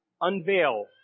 unveil